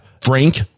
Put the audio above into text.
Frank